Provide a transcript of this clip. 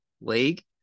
League